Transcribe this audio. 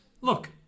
Look